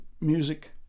music